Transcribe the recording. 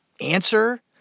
answer